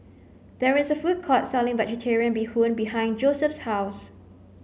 there is a food court selling vegetarian bee hoon behind Joseph's house